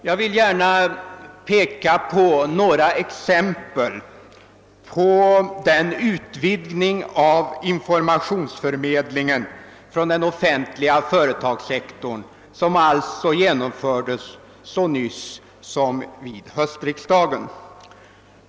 Jag vill gärna ge några exempel på den utvidgning av informationsförmedlingen från den offentliga företagssektorn som i allt väsentligt genomfördes så nyligen som vid höstriksdagen.